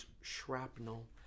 shrapnel